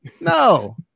No